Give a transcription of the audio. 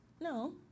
No